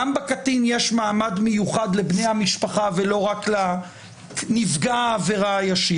גם בקטין יש מעמד מיוחד לבני המשפחה ולא רק לנפגע העבירה הישיר.